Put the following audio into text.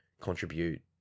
contribute